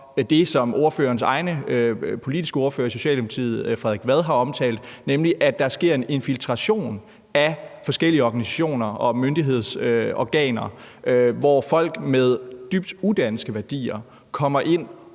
det, som ordførerens egen politiske ordfører i Socialdemokratiet, Frederik Vad, har omtalt, nemlig at der sker en infiltration af forskellige organisationer og myndighedsorganer, hvor folk med dybt udanske værdier kommer ind